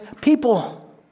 people